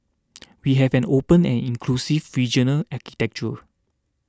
we have an open and inclusive regional architecture